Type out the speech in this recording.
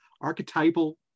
Archetypal